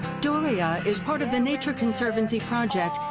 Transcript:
doria is part of the nature conservancy project,